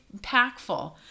impactful